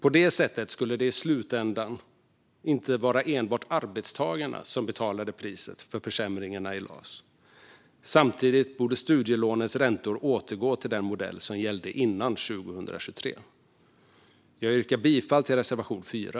På det sättet skulle det i slutändan inte vara enbart arbetstagarna som betalade priset för försämringarna i LAS. Samtidigt borde studielånens räntor återgå till den modell som gällde före 2023. Jag yrkar bifall till reservation 4.